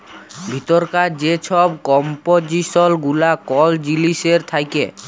ভিতরকার যে ছব কম্পজিসল গুলা কল জিলিসের থ্যাকে